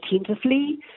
attentively